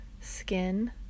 skin